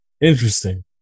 Interesting